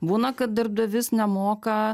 būna kad darbdavys nemoka